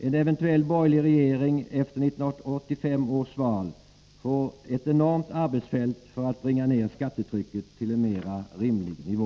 En eventuell borgerlig regering efter 1985 års val får ett enormt arbetsfält för att bringa ner skattetrycket till en mera rimlig nivå.